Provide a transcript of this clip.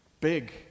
big